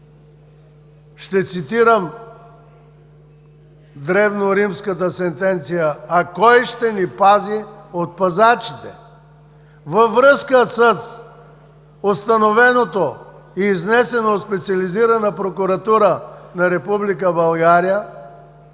Ще цитирам древноримската сентенция: „А кой ще ни пази от пазачите?“ Във връзка с установеното и изнесено от Специализираната прокуратура на Република България,